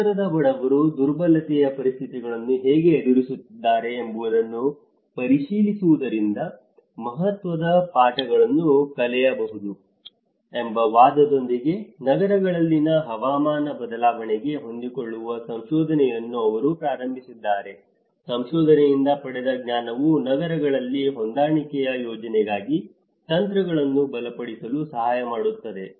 ನಗರದ ಬಡವರು ದುರ್ಬಲತೆಯ ಪರಿಸ್ಥಿತಿಗಳನ್ನು ಹೇಗೆ ಎದುರಿಸುತ್ತಿದ್ದಾರೆ ಎಂಬುದನ್ನು ಪರಿಶೀಲಿಸುವುದರಿಂದ ಮಹತ್ವದ ಪಾಠಗಳನ್ನು ಕಲಿಯಬಹುದು ಎಂಬ ವಾದದೊಂದಿಗೆ ನಗರಗಳಲ್ಲಿನ ಹವಾಮಾನ ಬದಲಾವಣೆಗೆ ಹೊಂದಿಕೊಳ್ಳುವ ಸಂಶೋಧನೆಯನ್ನು ಅವರು ಪ್ರಾರಂಭಿಸಿದ್ದಾರೆ ಸಂಶೋಧನೆಯಿಂದ ಪಡೆದ ಜ್ಞಾನವು ನಗರಗಳಲ್ಲಿ ಹೊಂದಾಣಿಕೆಯ ಯೋಜನೆಗಾಗಿ ತಂತ್ರಗಳನ್ನು ಬಲಪಡಿಸಲು ಸಹಾಯ ಮಾಡುತ್ತದೆ